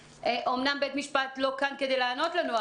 אומנם בית המשפט לא כאן כדי לענות לנו,